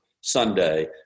Sunday